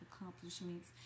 accomplishments